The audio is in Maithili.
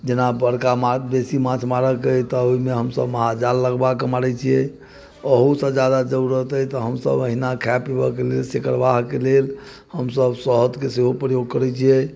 जेना बड़का माछ बेसी माछ मारऽके अइ तऽ ओहिमे हमसब महाजाल लगबाकऽ मारै छिए ओहूसँ ज्यादा जरूरत अइ तऽ हमसब एहिना खाइ पीबैके लेल शिकरबाहके लेल हमसब सहथके सेहो प्रयोग करै छिए